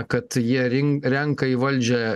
kad jie rin renka į valdžią